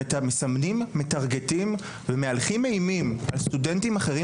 שמסמנים ומהלכים איימים על סטודנטים אחרים